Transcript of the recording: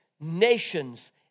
Nations